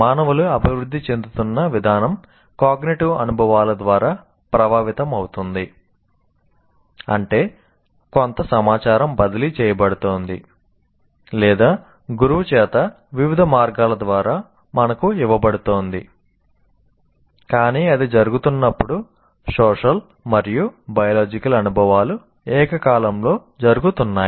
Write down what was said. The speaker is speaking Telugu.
మానవులు అభివృద్ధి చెందుతున్న విధానం కాగ్నిటివ్ అనుభవాలు ఏకకాలంలో జరుగుతున్నాయి